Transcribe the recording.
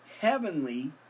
heavenly